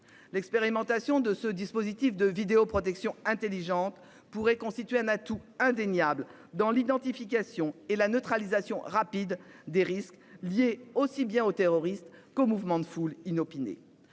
l'expérimentation de ce dispositif de vidéoprotection intelligente pourrait constituer un atout indéniable dans l'identification et la neutralisation rapide des risques liés aussi bien aux terroristes qu'au mouvement de foule inopinée